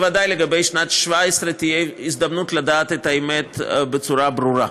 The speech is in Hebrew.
בוודאי לגבי שנת 2017 תהיה הזדמנות לדעת את האמת בצורה ברורה.